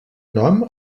nom